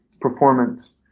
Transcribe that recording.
performance